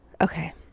okay